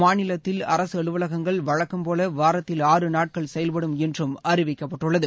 மாநிலத்தில் அரசு அலுவலகங்கள் வழக்கம்போல வாரத்தில் ஆறு நாட்கள் செயல்படும் என்றும் அறிவிக்கப்பட்டுள்ளது